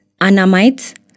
Anamites